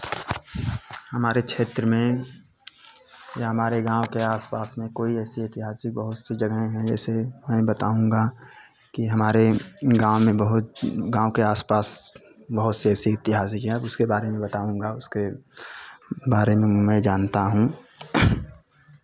हमारे क्षेत्र में या हमारे गाँव के आस पास में कोई ऐसी ऐतिहासिक बहुत सी जगहें हैं जैसे मैं बताऊँगा कि हमारे गाँव में बहुत गाँव के आस पास बहुत से ऐसी ऐतिहासिक जगह है उसके बारे में बताऊँगा उसके बारे में मैं जानता हूँ